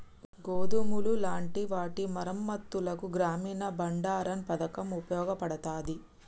గోదాములు లాంటి వాటి మరమ్మత్తులకు గ్రామీన బండారన్ పతకం ఉపయోగపడతాది